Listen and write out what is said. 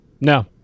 No